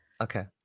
Okay